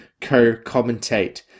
co-commentate